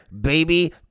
baby